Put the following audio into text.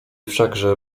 wszakże